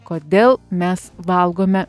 kodėl mes valgome